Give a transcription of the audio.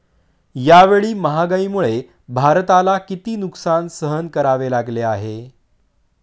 यावेळी महागाईमुळे भारताला किती नुकसान सहन करावे लागले आहे?